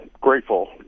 grateful